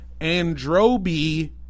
Androby